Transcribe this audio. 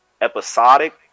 episodic